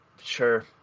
Sure